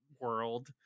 world